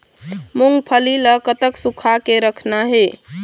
मूंगफली ला कतक सूखा के रखना हे?